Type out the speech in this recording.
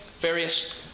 Various